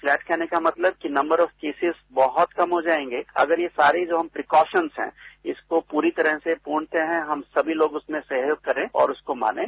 flat कहने का मतलब कि नम्बर ऑफ केसेस बहत कम हो जाएंगे अगर ये सारे जो प्रोकोशन्स हैं इसको पूरी तरह से पूर्णतरू हम समी लोग उसमें सहयोग करें और उसको मानें